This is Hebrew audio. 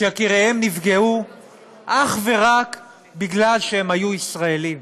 שיקיריהם נפגעו אך ורק מפני שהם היו ישראלים,